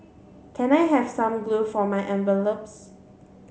can I have some glue for my envelopes